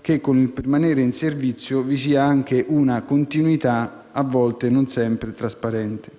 che, con il permanere in servizio, vi sia anche una continuità a volte non sempre trasparente.